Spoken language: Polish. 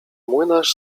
młynarz